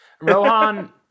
Rohan